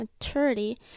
maturity